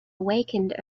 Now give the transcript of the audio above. awakened